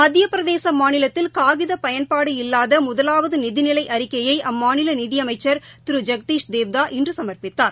மத்திய பிரதேச மாநிலத்தில் காகித பயன்பாடு இல்லாத முதலாவது நிதிநிலை அறிக்கையை அம்மாநில நிதி அமைச்சர் திரு ஜெகதீஷ் தேவ்தா இன்று சம்ப்பித்தார்